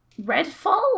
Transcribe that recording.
Redfall